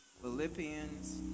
Philippians